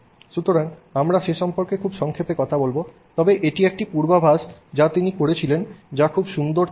সুতরাং আমরা সে সম্পর্কে খুব সংক্ষেপে কথা বলব তবে এটি একটি পূর্বাভাস যা তিনি করেছিলেন যা খুব সুন্দর ছিল